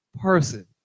person